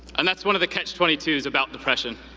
and that's one of the catch twenty two s about depression,